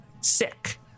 sick